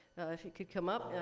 if he could come up.